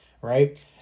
right